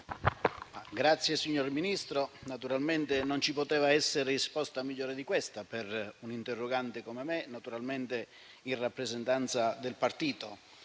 Grazie, signor Ministro. Naturalmente, non ci poteva essere risposta migliore di questa per un'interrogante come me, in rappresentanza del partito.